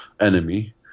enemy